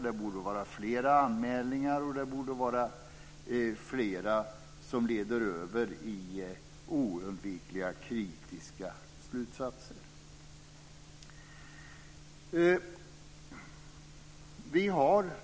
Det borde vara flera anmälningar och flera som leder över i oundvikliga kritiska slutsatser.